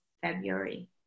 February